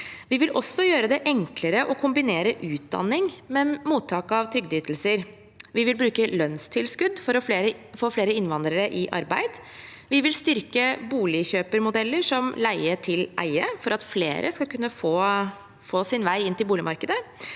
Vi vil også gjøre det enklere å kombinere utdanning med mottak av trygdeytelser, vi vil bruke lønnstilskudd for å få flere innvandrere i arbeid, vi vil styrke boligkjøpermodeller, som leie-til-eie, for at flere skal kunne få sin vei inn i boligmarkedet,